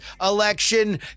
election